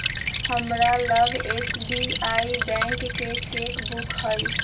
हमरा लग SBI bank के चेक बुक हइ